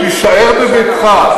לא שולחים אותך לשום מקום, תישאר בביתך.